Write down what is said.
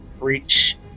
reach